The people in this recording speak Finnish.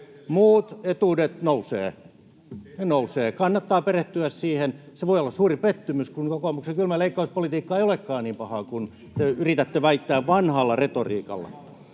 — ne nousevat. Kannattaa perehtyä siihen. Se voi olla suuri pettymys, kun kokoomuksen kylmä leikkauspolitiikka ei olekaan niin pahaa kuin te yritätte väittää vanhalla retoriikalla.